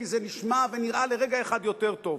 כי זה נשמע ונראה לרגע אחד יותר טוב,